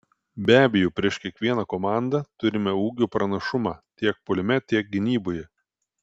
be abejo prieš kiekvieną komandą turime ūgio pranašumą tiek puolime tiek gynyboje